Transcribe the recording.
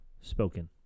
spoken